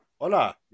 Hola